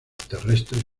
terrestres